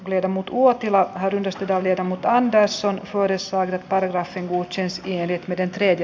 oli ammuttu uotila herkistytään viedä mutta andersson voidessaan ja tarrasi uutisensa tiede identiteetin